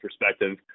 perspective